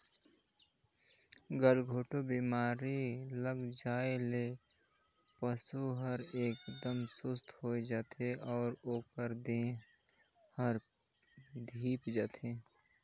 गलघोंटू बेमारी लग जाये ले पसु हर एकदम सुस्त होय जाथे अउ ओकर देह हर धीप जाथे